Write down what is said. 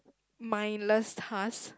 mindless task